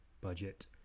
budget